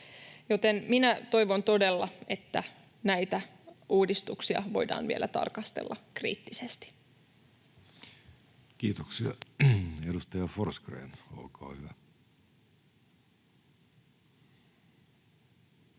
minä toivon todella, että näitä uudistuksia voidaan vielä tarkastella kriittisesti. Kiitoksia. — Edustaja Forsgrén, olkaa hyvä.